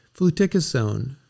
fluticasone